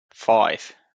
five